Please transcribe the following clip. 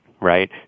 Right